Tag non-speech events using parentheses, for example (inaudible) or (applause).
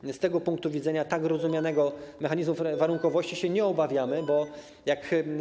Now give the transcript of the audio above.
I z tego punktu widzenia tak rozumianego mechanizmu warunkowości się nie obawiamy (noise)